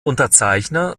unterzeichner